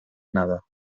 nada